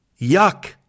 yuck